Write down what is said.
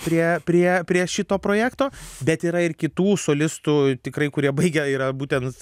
prie prie prie šito projekto bet yra ir kitų solistų tikrai kurie baigę yra būtent